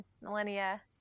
millennia